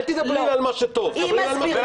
אל תדברי על מה שטוב, תדברי על מה שלא טוב.